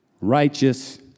righteous